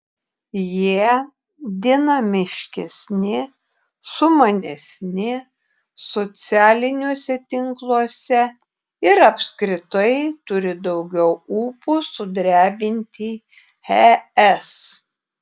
jie dinamiškesni sumanesni socialiniuose tinkluose ir apskritai turi daugiau ūpo sudrebinti es